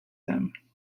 them